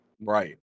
Right